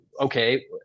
okay